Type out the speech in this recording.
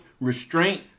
restraint